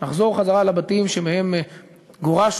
לחזור חזרה לבתים שמהם גורשנו,